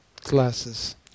glasses